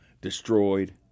destroyed